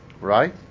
Right